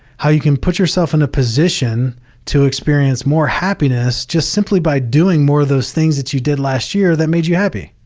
how you can put yourself in a position to experience more happiness just simply by doing more of those things that you did last year that made you happy.